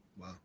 Wow